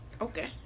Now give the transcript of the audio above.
Okay